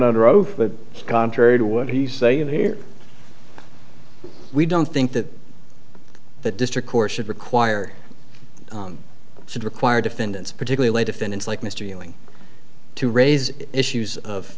under oath but contrary to what he's saying here we don't think that the district court should require should require defendants particularly defendants like mr ewing to raise issues of